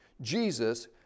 Jesus